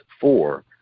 four